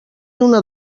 una